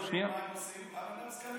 בדובאי מה הם עושים, גם אין להם זקנים?